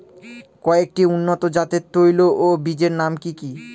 কয়েকটি উন্নত জাতের তৈল ও বীজের নাম কি কি?